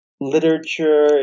literature